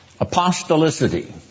Apostolicity